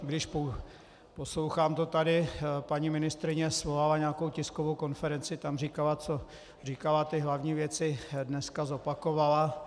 Když to tady poslouchám, paní ministryně svolala nějakou tiskovou konferenci, tam říkala, co říkala, ty hlavní věci dneska zopakovala.